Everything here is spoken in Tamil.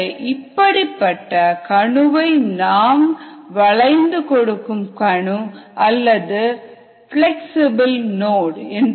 எனவே இப்படிப்பட்ட கணுவை நாம் வளைந்து கொடுக்கும் கணு அல்லது பிளக்ஸ்சிபில் நோட்